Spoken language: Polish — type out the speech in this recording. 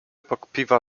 pokpiwa